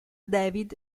david